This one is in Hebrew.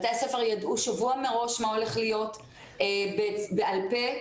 בתי הספר ידעו שבוע מראש מה הולך להיות בעל פה.